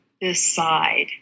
decide